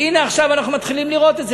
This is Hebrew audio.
והנה, עכשיו אנחנו רואים את זה.